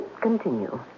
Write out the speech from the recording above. Continue